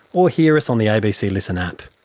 or hear us on the abc listen app.